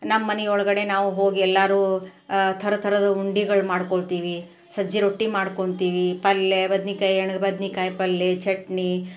ನಮ್ಮನೆ ಒಳಗಡೆ ನಾವು ಹೋಗಿ ಎಲ್ಲರು ಥರ ಥರದ ಉಂಡಿಗಳು ಮಾಡಿಕೊಳ್ತೀವಿ ಸಜ್ಜೆ ರೊಟ್ಟಿ ಮಾಡ್ಕೊತೀವಿ ಪಲ್ಯ ಬದ್ನಿಕಾಯಿ ಎಣ್ಣೆ ಬದ್ನಿಕಾಯಿ ಪಲ್ಯ ಚಟ್ನಿ